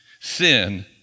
sin